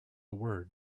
word